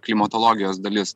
klimatologijos dalis